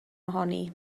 ohoni